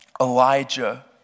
Elijah